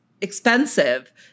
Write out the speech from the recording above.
expensive